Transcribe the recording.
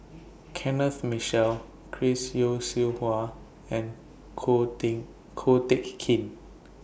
Kenneth Mitchell Chris Yeo Siew Hua and Ko Ko Teck Kin